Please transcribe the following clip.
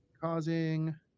causing